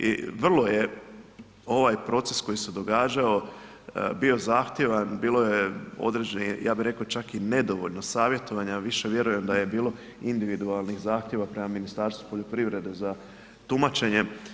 I vrlo je ovaj proces koji se događao bio zahtjevan, bio je određenih, ja bih rekao čak i nedovoljno savjetovanja, više vjerujem da je bilo individualnih zahtjeva prema Ministarstvu poljoprivrede za tumačenje.